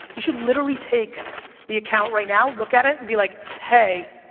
you should literally take the account right now, look at it, and be like, hey,